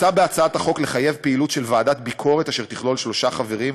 מוצע בהצעת החוק לחייב פעילות של ועדת ביקורת אשר תכלול שלושה חברים,